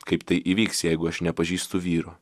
kaip tai įvyks jeigu aš nepažįstu vyro